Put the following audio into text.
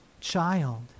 child